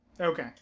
Okay